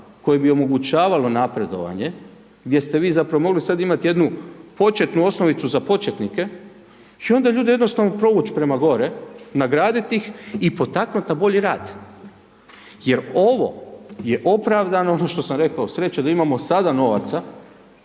koji bi omogućavalo napredovanje gdje ste vi zapravo mogli sad imati jednu početnu osnovicu za početnike i onda ljude jednostavno provuć prema gore, nagradit ih i potaknut na bolji rad jer ovo je opravdano, ono što sam rekao, sreće da imamo sada novaca,